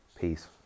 Peace